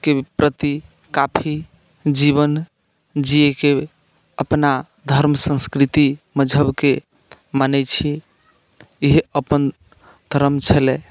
के प्रति काफी जीवन जियैके अपना धर्म संस्कृति मजहबके मानैत छियै इएह अपन धर्म छलै